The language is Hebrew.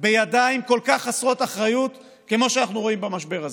בידיים כל כך חסרות אחריות כמו שאנחנו רואים במשבר הזה.